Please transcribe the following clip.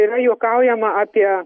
yra juokaujama apie